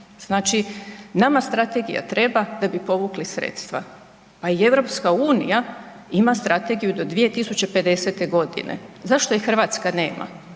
Znači nama strategija treba da bi povukli sredstva. Pa i EU ima strategiju do 2050. godine. Zašto je Hrvatska nema,